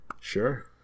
Sure